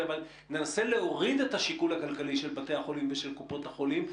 מנסה להוריד את השיקול הכלכלי של בתי החולים ושל קופות החולים,